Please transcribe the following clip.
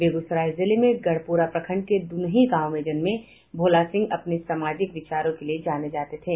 बेगूसराय जिले में गढ़पुरा प्रखंड के दुनही गांव में जन्मे भोला सिंह अपने समाजवादी विचारों के लिए जाने जाते थे